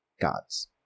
Gods